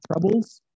troubles